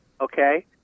Okay